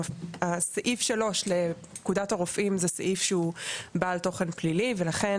הסעיף שלו בפקודת הרופאים זה סעיף שהוא בעל תוכן פלילי ולכן